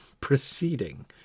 proceeding